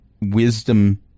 wisdom